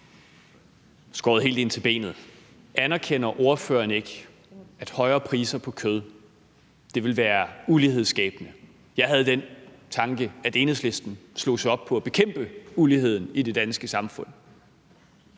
det helt ind til benet: Anerkender ordføreren ikke, at højere priser på kød vil være ulighedsskabende? Jeg havde den tanke, at Enhedslisten slog sig op på at bekæmpe uligheden i det danske samfund.